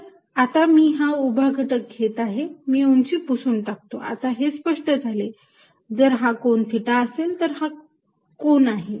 तर आता मी हा उभा घटक घेत आहे मी उंची पुसून टाकतो आता हे स्पष्ट झाले जर हा कोन थिटा असेल तर हा कोन आहे